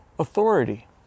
authority